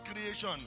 creation